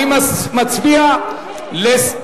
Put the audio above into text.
זה המשקיעים הקטנים?